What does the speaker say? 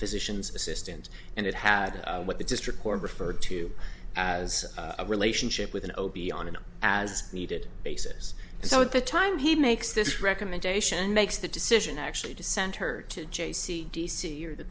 physician's assistant and it had what the district court referred to as a relationship with an o b on an as needed basis so at the time he makes this recommendation makes the decision actually to send her to j c d c or the